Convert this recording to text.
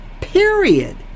Period